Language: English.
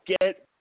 get